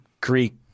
Greek